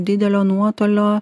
didelio nuotolio